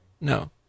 No